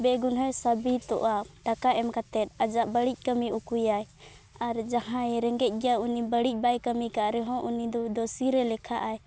ᱵᱮ ᱜᱩᱱᱟᱹᱭ ᱥᱟᱵᱤᱛᱚᱜᱼᱟ ᱴᱟᱠᱟ ᱮᱢ ᱠᱟᱛᱮᱫ ᱟᱡᱟᱜ ᱵᱟᱹᱲᱤᱡ ᱠᱟᱹᱢᱤ ᱩᱠᱩᱭᱟᱭ ᱟᱨ ᱡᱟᱦᱟᱸᱭ ᱨᱮᱸᱜᱮᱡ ᱜᱮᱭᱟᱭ ᱩᱱᱤ ᱵᱟᱹᱲᱤᱡ ᱵᱟᱭ ᱠᱟᱹᱢᱤ ᱠᱟᱜ ᱨᱮᱦᱚᱸ ᱩᱱᱤ ᱫᱚ ᱫᱚᱥᱤ ᱨᱮᱭ ᱞᱮᱠᱷᱟᱜ ᱟᱭ